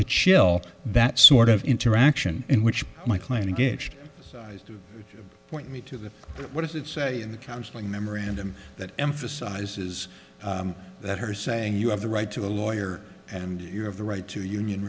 to chill that sort of interaction in which my client engaged to point me to the what does it say in the counseling memorandum that emphasizes that her saying you have the right to a lawyer and you have the right to union